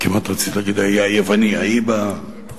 כמעט רציתי להגיד, "האי היווני" זה בסדר,